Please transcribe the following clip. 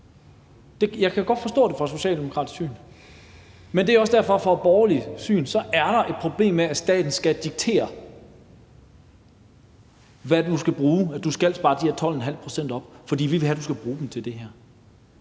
Jeg kan godt forstå det fra et socialdemokratisk synspunkt, men det er også derfor, at der fra et borgerligt synspunkt er et problem med, at staten skal diktere, at man skal spare de her 12½ pct. op, fordi vi vil have, at man skal bruge dem til det her.